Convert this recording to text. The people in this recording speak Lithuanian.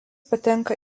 patenka